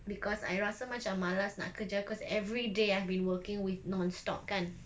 because I rasa macam malas nak kerja cause every day I've been working week~ non-stop kan